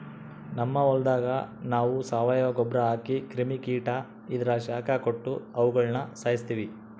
ನಮ್ ಹೊಲದಾಗ ನಾವು ಸಾವಯವ ಗೊಬ್ರ ಹಾಕಿ ಕ್ರಿಮಿ ಕೀಟ ಇದ್ರ ಶಾಖ ಕೊಟ್ಟು ಅವುಗುಳನ ಸಾಯಿಸ್ತೀವಿ